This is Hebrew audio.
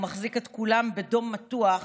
ומחזיק את כולם בדום מתוח